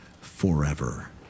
forever